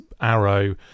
arrow